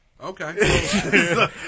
Okay